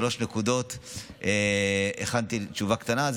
שלוש נקודות, הכנתי תשובה קטנה.